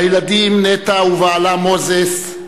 הילדים, נטע ובעלה מוזס,